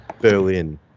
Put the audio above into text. Berlin